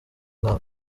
mwaka